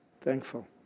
thankful